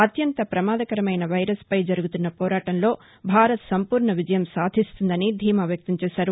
అత్యంత ప్రమాదకరమైన వైరస్ పై జరుగుతున్న పోరాటంలో భారత్ సంపూర్ణ విజయం సాధిస్తుందని ధీమా వ్యక్తం చేశారు